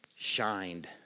shined